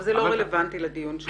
זה לא רלבנטי לדיון.